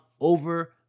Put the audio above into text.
over